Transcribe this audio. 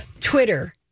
Twitter